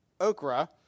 okra